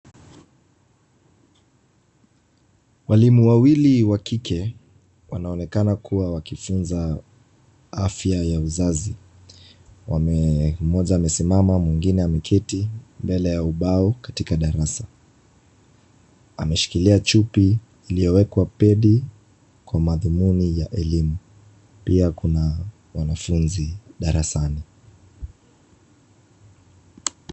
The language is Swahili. Walimu wawili wa kike wanaonekana kuwa wakifunza afya ya uzazi. Mmoja amesimama, mwingine ameketi mbele ya ubao katika darasa, ameshikilia chupi iliyowekwa pedi kwa madhumuni ya elimu. Pia kuna wanafunzi darasani.